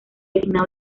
designado